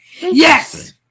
Yes